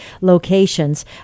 locations